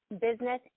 business